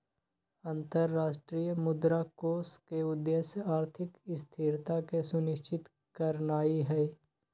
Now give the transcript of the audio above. अंतरराष्ट्रीय मुद्रा कोष के उद्देश्य आर्थिक स्थिरता के सुनिश्चित करनाइ हइ